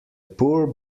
poor